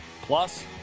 Plus